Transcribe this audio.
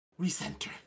recenter